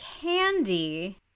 candy